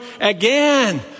again